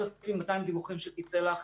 3,200 דיווחים של פצעי לחץ,